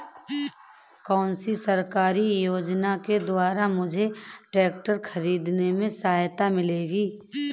कौनसी सरकारी योजना के द्वारा मुझे ट्रैक्टर खरीदने में सहायता मिलेगी?